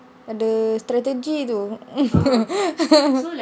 ada strategy tu